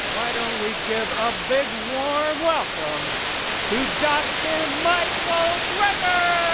why don't we give a big, warm welcome to dr. michael greger!